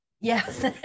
Yes